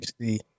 see